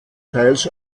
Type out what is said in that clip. teils